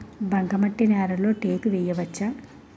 బంకమట్టి నేలలో టేకు వేయవచ్చా?